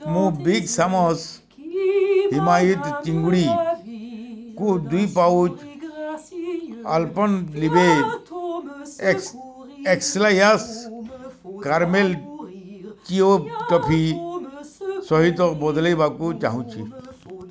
ମୁଁ Big Sam's ହିମାୟିତ ଚିଙ୍ଗୁଡ଼ିକୁ ଦୁଇ pouch Alpenliebe eclairs caramel chewy toffee ସହିତ ବଦଳାଇବାକୁ ଚାହୁଁଛି